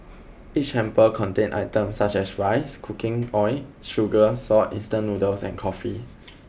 each hamper contained items such as rice cooking oil sugar salt instant noodles and coffee